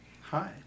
Hi